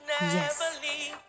Yes